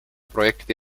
projekti